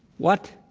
what?